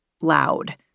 loud